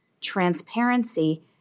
transparency